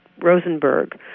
Rosenberg